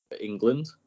England